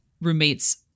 roommate's